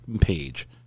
page